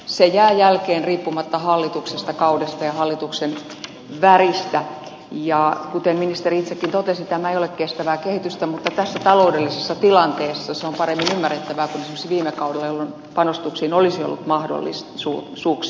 se jää jälkeen riippumatta hallituksesta kaudesta ja hallituksen väristä ja kuten ministeri itsekin totesi tämä ei ole kestävää kehitystä mutta tässä taloudellisessa tilanteessa se on paremmin ymmärrettävää kuin esimerkiksi viime kaudella jolloin panostuksiin olisi ollut mahdollisuuksia